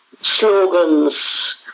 slogans